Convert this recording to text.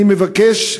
אני מבקש,